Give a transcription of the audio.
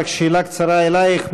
רק שאלה קצרה אלייך.